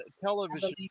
television